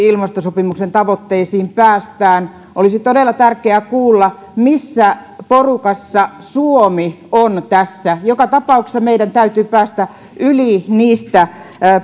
ilmastosopimuksen tavoitteisiin päästään olisi todella tärkeää kuulla missä porukassa suomi on tässä joka tapauksessa meidän täytyy päästä yli niistä